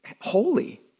holy